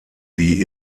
wie